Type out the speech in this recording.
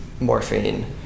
morphine